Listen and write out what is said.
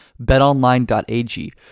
BetOnline.ag